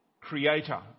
creator